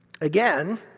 Again